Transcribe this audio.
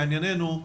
לעניינו,